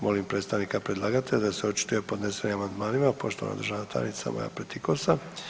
Molim predstavnika predlagatelja da se očituje o podnesenim amandmanima, poštovana državna tajnica Marija Pletikosa.